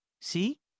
See